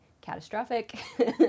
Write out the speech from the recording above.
catastrophic